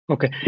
Okay